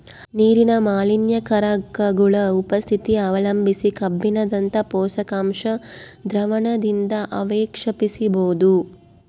ನೀರಿನ ಮಾಲಿನ್ಯಕಾರಕಗುಳ ಉಪಸ್ಥಿತಿ ಅವಲಂಬಿಸಿ ಕಬ್ಬಿಣದಂತ ಪೋಷಕಾಂಶ ದ್ರಾವಣದಿಂದಅವಕ್ಷೇಪಿಸಬೋದು